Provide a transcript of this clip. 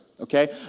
Okay